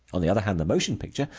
on the other hand, the motion picture,